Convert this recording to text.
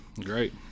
Great